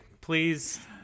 Please